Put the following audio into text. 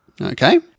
Okay